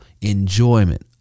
enjoyment